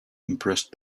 impressed